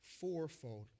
fourfold